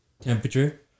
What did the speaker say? temperature